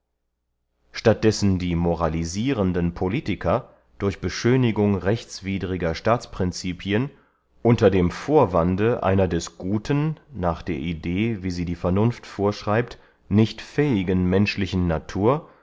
statt dessen die moralisirende politiker durch beschönigung rechtswidriger staatsprincipien unter dem vorwande einer des guten nach der idee wie sie die vernunft vorschreibt nicht fähigen menschlichen natur